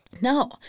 No